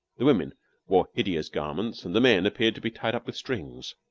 the women wore hideous garments, and the men appeared to be tied up with strings.